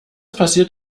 passiert